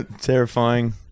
terrifying